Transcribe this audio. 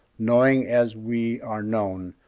knowing as we are known,